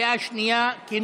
בקריאה שנייה, כי